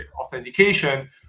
authentication